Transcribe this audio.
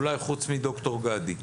אולי חוץ מד"ר גדי.